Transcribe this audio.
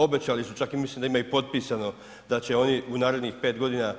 Obećali su, čak i mislim da ima i potpisano da će oni u narednih 5 godina